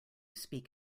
speak